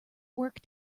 work